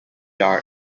arc